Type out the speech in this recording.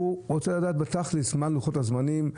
הוא רוצה לדעת בתכלס מה לוחות הזמנים,